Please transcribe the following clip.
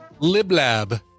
Liblab